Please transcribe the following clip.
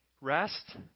Rest